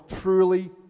truly